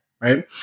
right